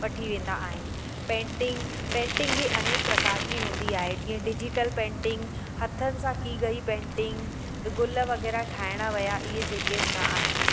वठी वेंदा आहिनि पेंटिंग पेंटिंग बि अनेक प्रकार जी हूंदी आहे जीअं डिजिटल पेंटिंग हथनि सां कि गई पेंटिंग गुल वग़ैरह ठाहिणु विया ईअं जेके हूंदा आहिनि